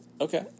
Okay